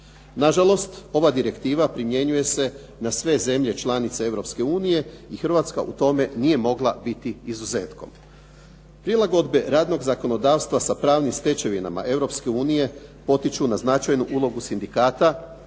Nažalost, ova direktiva primjenjuje se na sve zemlje članice Europske unije i Hrvatska u tome nije mogla biti izuzetkom. Prilagodbe radnog zakonodavstva sa pravnim stečevinama Europske unije potiču na značajnu ulogu sindikata